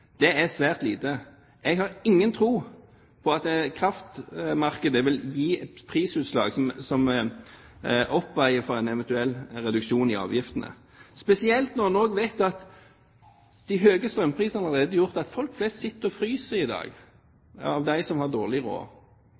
Det er svært lite. Jeg har ingen tro på at kraftmarkedet vil gi prisutslag som oppveier for en eventuell reduksjon i avgiftene, spesielt når man vet at de høye strømprisene allerede har gjort at folk sitter og fryser i dag, de som har dårlig råd,